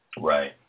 right